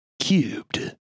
cubed